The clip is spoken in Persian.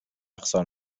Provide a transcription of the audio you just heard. اقصا